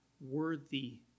worthy